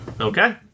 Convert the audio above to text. Okay